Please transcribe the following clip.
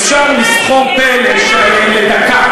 אפשר לסכור פה לדקה,